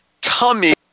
tummy